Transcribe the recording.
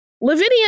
Lavinia